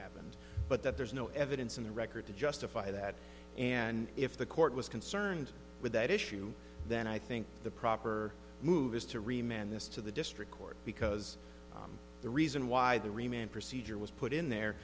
happened but that there's no evidence in the record to justify that and if the court was concerned with that issue then i think the proper move is to remain this to the district court because the reason why the remaining procedure was put in there